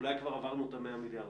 ואולי עברנו כבר את ה-100 מיליארד.